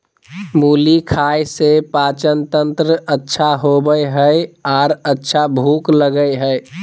मुली खाय से पाचनतंत्र अच्छा होबय हइ आर अच्छा भूख लगय हइ